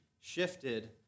shifted